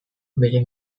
bere